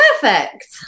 Perfect